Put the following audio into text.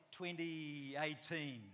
2018